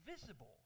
visible